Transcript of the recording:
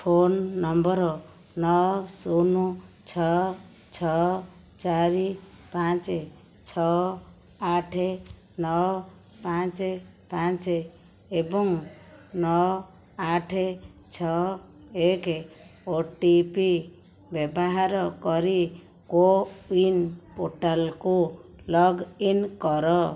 phone number ନଅ ଶୂନ୍ ଛଅ ଛଅ ଚାରି ପାଞ୍ଚେ ଛଅ ଆଠେ ନଅ ପାଞ୍ଚେ ପାଞ୍ଚେ ଏବଂ ନଅ ଆଠେ ଛଅ ଏକେ ଓ ଟି ପି ବ୍ୟବହାର କରି କୋୱିନ୍ ପୋର୍ଟାଲ୍କୁ ଲଗ୍ଇନ୍ କର